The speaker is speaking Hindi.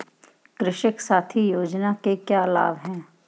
कृषक साथी योजना के क्या लाभ हैं?